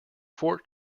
fort